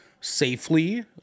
safely